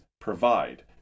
provide